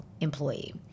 employee